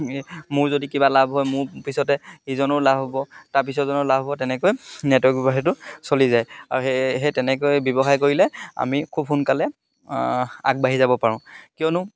মোৰ যদি কিবা লাভ হয় মোৰ পিছতে ইজনৰো লাভ হ'ব তাৰপিছৰজনৰ লাভ হ'ব তেনেকৈ নেটৱৰ্ক ব্যৱসায়টো চলি যায় আৰু সেয়ে সেই তেনেকৈ ব্যৱসায় কৰিলে আমি খুব সোনকালে আগবাঢ়ি যাব পাৰোঁ কিয়নো